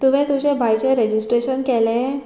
तुवें तुजें भायचें रेजिस्ट्रेशन केलें